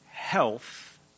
health